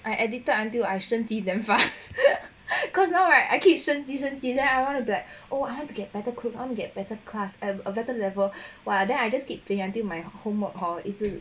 I addicted until 升级 damn fast cause now right I keep 升级升级 leh I want to get better clothes get better class and a better level !wah! then I just keep playing until my homework all 一直